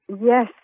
Yes